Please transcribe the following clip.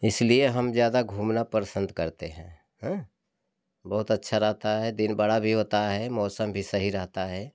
इसलिए हम ज्यादा घूमना पसंद करते हैं हाँ बहुत अच्छा रहता है दिन बड़ा भी होता है मौसम भी सही रहता है